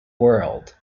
world